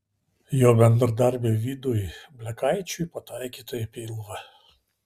jo bendradarbiui vidui blekaičiui pataikyta į pilvą